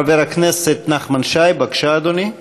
חבר הכנסת נחמן שי, בבקשה, אדוני.